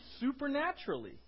supernaturally